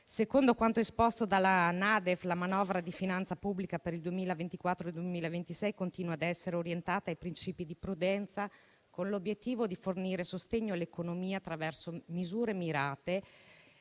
Secondo quanto esposto dalla NADEF, la manovra di finanza pubblica per il 2024 e il 2026 continua a essere orientata a principi di prudenza, con l'obiettivo di fornire sostegno all'economia attraverso misure mirate